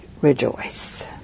rejoice